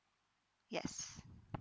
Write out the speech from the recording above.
yes